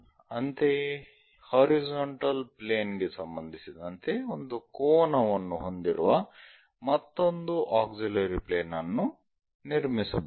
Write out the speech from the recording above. ಅಂತೆಯೇ horizontal plane ಗೆ ಸಂಬಂಧಿಸಿದಂತೆ ಒಂದು ಕೋನವನ್ನು ಹೊಂದಿರುವ ಮತ್ತೊಂದು ಆಕ್ಸಿಲರಿ ಪ್ಲೇನ್ ಅನ್ನು ನಿರ್ಮಿಸಬಹುದು